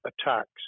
attacks